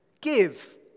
Give